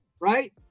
Right